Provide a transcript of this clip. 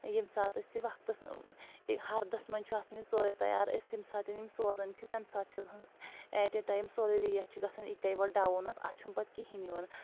ییٚمہِ ساتہٕ أسۍ یہِ وقتَس ہردس منٛز چھُ آسان یہِ سورُے تَیار أسۍ ییٚمہِ ساتہٕ یِم سوزان چھِ تَمہِ ساتہٕ چھٕ ایٹ اے ٹایم سورٕے ریٹ چھٕ گژھان اِکَے وَٹ ڈَوُن اَتھ اَتھ چھُ نہٕ پَتہٕ کِہینۍ یِوان